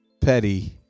petty